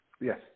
Yes